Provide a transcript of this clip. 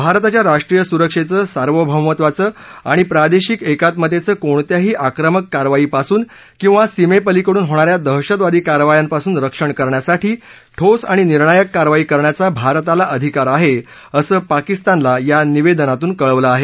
भारताच्या राष्ट्रीय सुरक्षेचं सार्वभौमत्वाचं आणि प्रादेशिक एकात्मतेचं कोणत्याही आक्रमक कारवाईपासून किंवा सीमेपलीकडून होणाऱ्या दहशतवादी कारवायांपासून रक्षण करण्यासाठी ठोस आणि निर्णायक कारवाई करण्याचा भारताला अधिकार आहे असं पाकिस्तानला या निवेदनातून कळवलं आहे